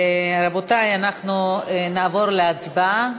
רבותי, אנחנו נעבור להצבעה.